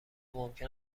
ممکن